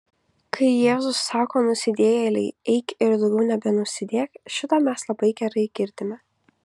kai jėzus sako nusidėjėlei eik ir daugiau nebenusidėk šitą mes labai gerai girdime